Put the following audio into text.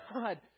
God